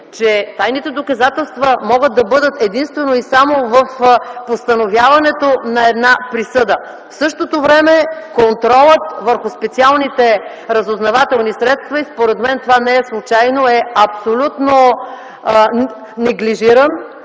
че тайните доказателства могат да бъдат единствено и само в постановяването на една присъда. В същото време, контролът върху специалните разузнавателни средства, и според мен това не е случайно, е абсолютно неглижиран,